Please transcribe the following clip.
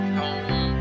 home